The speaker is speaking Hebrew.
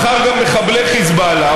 מחר גם מחבלי חיזבאללה,